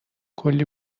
کلی